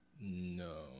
No